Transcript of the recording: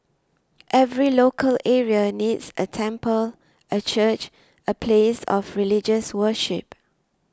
every local area needs a temple a church a place of religious worship